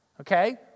Okay